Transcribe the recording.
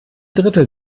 drittel